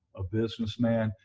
a businessman.